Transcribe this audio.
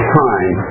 time